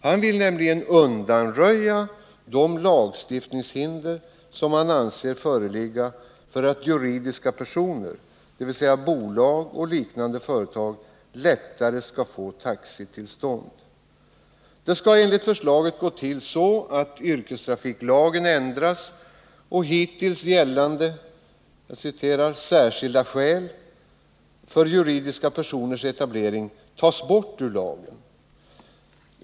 Han vill nämligen undanröja de lagstiftningshinder som han anser föreligger för att juridiska personer, dvs. bolag och liknande företag, lättare skall kunna få taxitillstånd. Det skall enligt förslaget gå till så att yrkestrafiklagen ändras och hittills gällande ”särskilda skäl” för juridiska personers etablering tas bort ur lagen.